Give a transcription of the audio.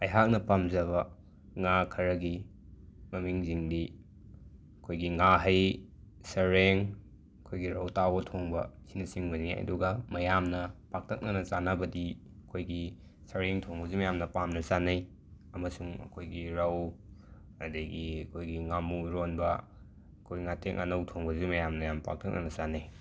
ꯑꯩꯍꯥꯛꯅ ꯄꯥꯝꯖꯕ ꯉꯥ ꯈꯔꯒꯤ ꯃꯃꯤꯡꯁꯤꯡꯗꯤ ꯑꯩꯈꯣꯏꯒꯤ ꯉꯥꯍꯩ ꯁꯔꯦꯡ ꯑꯩꯈꯣꯏꯒꯤ ꯔꯧ ꯇꯥꯎꯕ ꯊꯣꯡꯕ ꯑꯁꯤꯅꯆꯤꯡꯕꯅꯤ ꯑꯗꯨꯒ ꯃꯌꯥꯝꯅ ꯄꯥꯛꯇꯛꯅꯅ ꯆꯥꯅꯕꯗꯤ ꯑꯩꯈꯣꯏꯒꯤ ꯁꯔꯦꯡ ꯊꯣꯡꯕꯁꯤ ꯃꯌꯥꯝꯅ ꯄꯥꯝꯅ ꯆꯥꯅꯩ ꯑꯃꯁꯨꯡ ꯑꯩꯈꯣꯏꯒꯤ ꯔꯧ ꯑꯗꯒꯤ ꯑꯩꯈꯣꯏꯒꯤ ꯉꯥꯃꯨ ꯏꯔꯣꯟꯕ ꯈꯣꯏ ꯉꯥꯇꯦꯛ ꯉꯥꯅꯧ ꯊꯣꯡꯕꯁꯨ ꯃꯌꯥꯝꯅ ꯄꯥꯛꯇꯛꯅꯅ ꯆꯥꯅꯩ